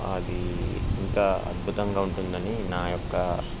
అది ఇంకా అద్భుతంగా ఉంటుందని నా యొక్క